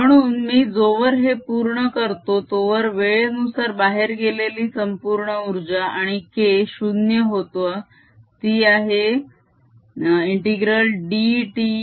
0ddt म्हणून मी जोवर हे पूर्ण करतो तोवर वेळेनुसार बाहेर गेलेली संपूर्ण उर्जा आणि K 0 होतो ती आहे ∫dts